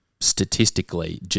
statistically